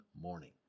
morning